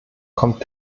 kommt